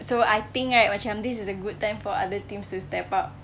so I think right macam this is a good time for other teams to step up